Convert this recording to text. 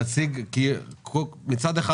מצד אחד,